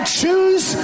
choose